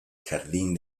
jardín